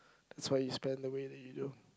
that's why you spent the way that you do